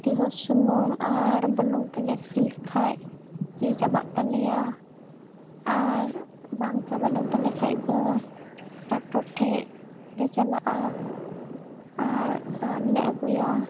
ᱫᱤᱦᱟᱹ ᱥᱩᱱᱩᱢ ᱟᱨ ᱵᱩᱞᱩᱝ ᱛᱮᱞᱮ ᱤᱥᱠᱤᱨ ᱞᱮᱠᱷᱟᱡ ᱜᱤ ᱪᱟᱵᱟᱜ ᱛᱟᱞᱮᱭᱟ ᱟᱨ ᱵᱟᱝ ᱪᱟᱵᱟ ᱞᱮᱱ ᱛᱟᱞᱮ ᱠᱷᱟᱱᱫᱚ ᱰᱟᱠᱛᱚᱨ ᱴᱷᱮᱱᱞᱮ ᱪᱟᱞᱟᱜᱼᱟ ᱟᱨ ᱨᱟᱱ ᱞᱮ ᱟᱹᱜᱩᱭᱟ